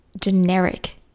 generic